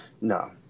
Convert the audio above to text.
No